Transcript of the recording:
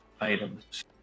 items